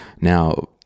Now